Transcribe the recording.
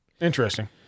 Interesting